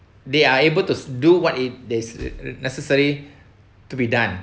they are able to do what it there's necessary to be done